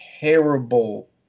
terrible